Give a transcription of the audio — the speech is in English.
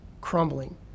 crumbling